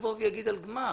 יבוא ויגיד על גמ"ח?